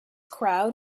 crowd